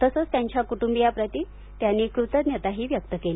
तसेच त्यांच्या कुटुंबियांप्रति त्यांनी कृतज्ञताही व्यक्त केली